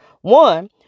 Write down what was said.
One